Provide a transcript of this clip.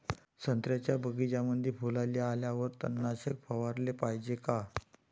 संत्र्याच्या बगीच्यामंदी फुलाले आल्यावर तननाशक फवाराले पायजे का?